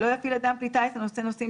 נכון לאתמול בשעה 00:00 בלילה,